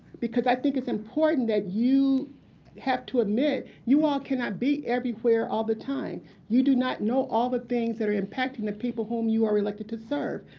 because i think it's important that you have to admit you all cannot be everywhere all the time. you do not know all the things that are impacting the people whom you were elected to serve.